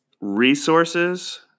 resources